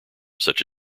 such